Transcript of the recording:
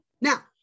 Now